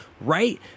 right